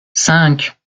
cinq